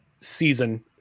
season